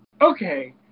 okay